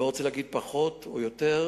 אני לא רוצה להגיד אם פחות או יותר,